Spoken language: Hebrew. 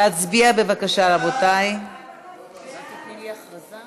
ההצעה להעביר את הצעת חוק קרן חינוך ארצות-הברית ישראל,